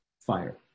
fire